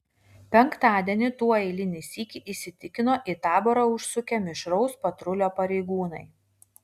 penktadienį tuo eilinį sykį įsitikino į taborą užsukę mišraus patrulio pareigūnai